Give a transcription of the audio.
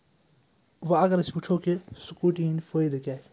وۄنۍ اَگر أسۍ وٕچھو کہِ سٕکوٗٹی ہِنٛدۍ فٲیدٕ کیٛاہ